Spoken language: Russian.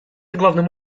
главным